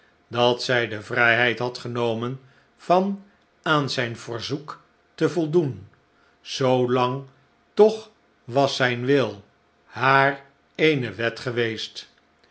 dat zij de vrijheid had genomen van aan zyn verzoek te voldoen zoo lang toch was zijn wil haar eene wet geweest